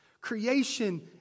Creation